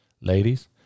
ladies